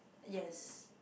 yes